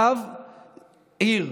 רב עיר,